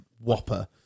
whopper